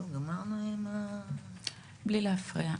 זהו, גמרנו עם ה --- בלי להפריע,